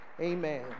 amen